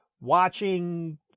watching